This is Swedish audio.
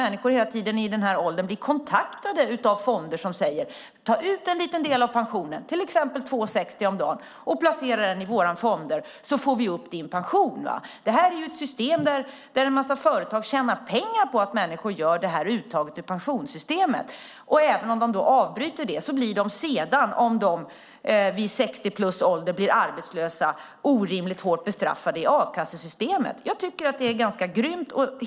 Människor i den här åldern blir hela tiden kontaktade av fonder som säger: Ta ut en liten del av pensionen, till exempel 2:60 om dagen, och placera det i våra fonder så får vi upp din pension. Det är en massa företag som tjänar pengar på att människor gör uttaget ur pensionssystemet. Även om de avbryter det blir de sedan om de vid 60-plus-ålder blir arbetslösa orimligt hårt bestraffade i a-kassesystemet. Det är ganska grymt.